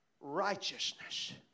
Righteousness